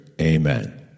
amen